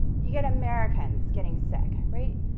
you get americans getting sick, right,